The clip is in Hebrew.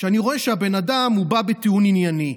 כשאני רואה שהבן אדם בא בטיעון ענייני.